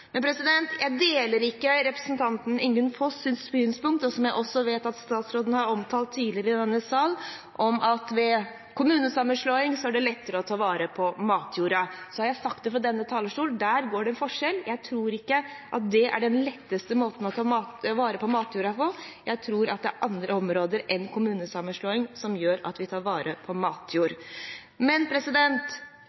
Jeg deler ikke representanten Ingunn Foss’ synspunkt, som jeg også vet at statsråden har omtalt tidligere i denne sal, at ved kommunesammenslåing er det lettere å ta vare på matjorda. Så har jeg sagt det fra denne talerstol – der er det en forskjell. Jeg tror ikke det er den letteste måten å ta vare på matjorda på, jeg tror at det er andre ting enn kommunesammenslåing som gjør at vi tar vare på matjord.